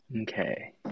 okay